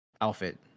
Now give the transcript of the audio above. outfit